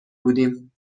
بودیم